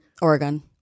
Oregon